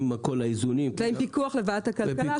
עם כל האיזונים ופיקוח ועדת הכלכלה.